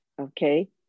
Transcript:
okay